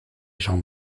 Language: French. gens